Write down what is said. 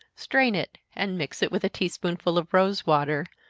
strain it, and mix it with a tea-spoonful of rosewater,